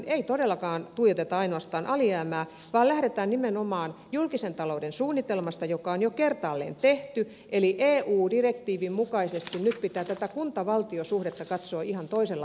ei todellakaan tuijoteta ainoastaan alijäämää vaan lähdetään nimenomaan julkisen talouden suunnitelmasta joka on jo kertaalleen tehty eli eu direktiivin mukaisesti nyt pitää tätä kuntavaltio suhdetta katsoa ihan toisella tavalla